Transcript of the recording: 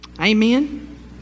Amen